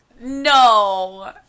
No